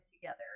together